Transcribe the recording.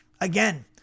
again